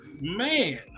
man